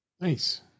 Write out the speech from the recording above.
Nice